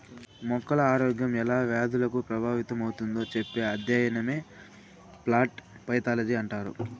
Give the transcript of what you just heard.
మొక్కల ఆరోగ్యం ఎలా వ్యాధులకు ప్రభావితమవుతుందో చెప్పే అధ్యయనమే ప్లాంట్ పైతాలజీ అంటారు